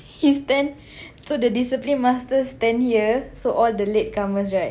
he stand so the discipline master stand here so all the latecomers right